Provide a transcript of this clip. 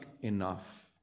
enough